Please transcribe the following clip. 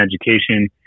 education